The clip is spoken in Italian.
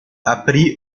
aprì